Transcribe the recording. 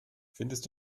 findest